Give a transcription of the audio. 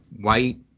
white